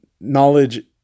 knowledge